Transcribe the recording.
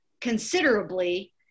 considerably